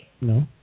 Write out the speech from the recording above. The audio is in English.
No